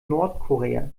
nordkorea